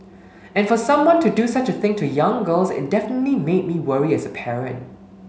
and for someone to do such a thing to young girls it definitely made me worry as a parent